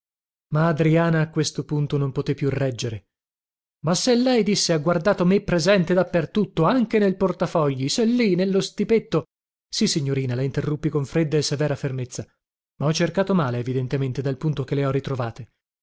ma adriana a questo punto non poté più reggere ma se lei disse ha guardato me presente da per tutto anche nel portafogli se lì nello stipetto sì signorina la interruppi con fredda e severa fermezza ma ho cercato male evidentemente dal punto che le ho ritrovate